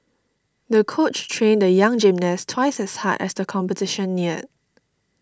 the coach trained the young gymnast twice as hard as the competition neared